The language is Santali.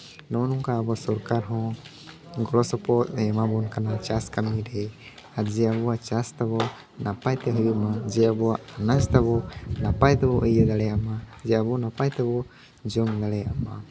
ᱱᱚᱜᱼᱚᱸᱭ ᱱᱚᱝᱠᱟ ᱟᱵᱚ ᱥᱚᱨᱠᱟᱨ ᱦᱚᱸ ᱜᱚᱲᱚ ᱥᱚᱯᱚᱦᱚᱫ ᱮ ᱮᱢᱟᱵᱚᱱ ᱠᱟᱱᱟ ᱪᱟᱥ ᱠᱟᱹᱢᱤᱨᱮ ᱟᱨ ᱡᱮ ᱟᱵᱚᱣᱟᱜ ᱪᱟᱥ ᱛᱟᱵᱚ ᱱᱟᱯᱟᱭ ᱛᱵᱚ ᱤᱭᱟᱹ ᱫᱟᱲᱮᱭᱟᱜ ᱢᱟ ᱡᱮ ᱟᱵᱚ ᱱᱟᱯᱟᱭ ᱛᱮᱵᱚᱱ ᱡᱚᱢ ᱫᱟᱲᱮᱭᱟᱜ ᱢᱟ